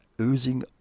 oozing